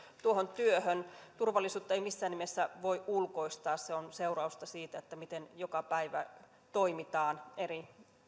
tuohon työhön turvallisuutta ei missään nimessä voi ulkoistaa se on seurausta siitä miten joka päivä eri